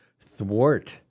thwart